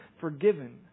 forgiven